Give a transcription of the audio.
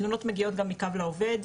תלונות מגיעות גם מקו לעובד.